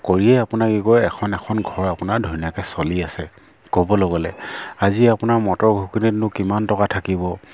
কৰিয়ে আপোনাৰ কি কয় এখন এখন ঘৰ আপোনাৰ ধুনীয়াকৈ চলি আছে ক'বলৈ গ'লে আজি আপোনাৰ মটৰ ঘুগুণীতনো কিমান টকা থাকিব